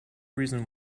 reason